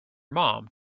mom